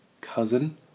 cousin